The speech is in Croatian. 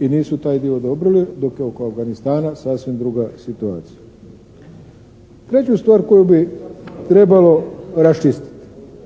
i nisu taj dio odobrile dok je oko Afganistana sasvim druga situacija. Treću stvar koju bi trebalo raščistiti.